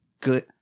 good